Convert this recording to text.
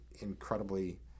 incredibly